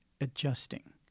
adjusting